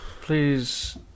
Please